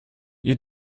you